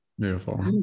Beautiful